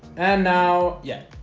and now yeah,